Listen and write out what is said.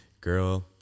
Girl